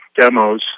demos